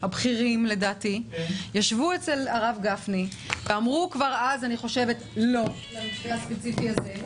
הבכירים בישיבה בראשות הרב גפני ואמרו כבר אז לא למתווה הספציפי הזה.